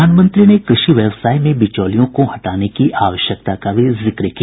प्रधानमंत्री ने कृषि व्यवसाय में बिचौलियों को हटाने की आवश्यकता का भी जिक्र किया